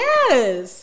Yes